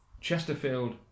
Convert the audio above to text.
Chesterfield